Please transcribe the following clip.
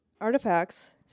Artifacts